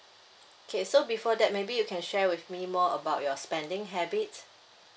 okay so before that maybe you can share with me more about your spending habits